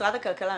משרד הכלכלה,